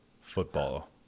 football